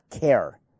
care